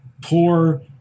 poor